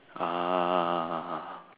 ah